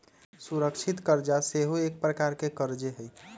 सुरक्षित करजा सेहो एक प्रकार के करजे हइ